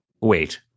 wait